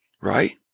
right